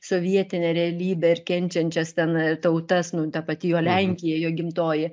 sovietinę realybę ir kenčiančias ten tautas nu ta pati jo lenkija jo gimtoji